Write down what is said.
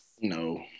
no